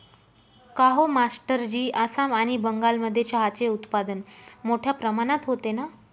काहो मास्टरजी आसाम आणि बंगालमध्ये चहाचे उत्पादन मोठया प्रमाणात होते ना